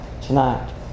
tonight